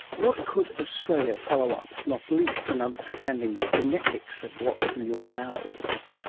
what could australia follow up, not least in understanding the genetics of what's in your bowels?